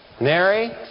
Mary